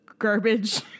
Garbage